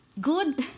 good